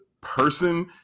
person